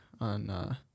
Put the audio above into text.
on